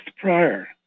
prior